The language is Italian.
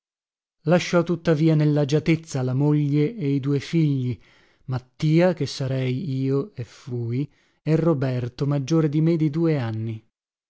lasciò tuttavia nellagiatezza la moglie e i due figli mattia che sarei io e fui e roberto maggiore di me di due anni